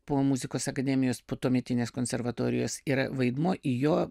po muzikos akademijos po tuometinės konservatorijos yra vaidmuo į jo